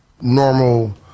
normal